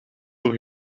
voor